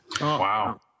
Wow